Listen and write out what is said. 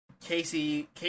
Casey